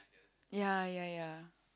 ya ya ya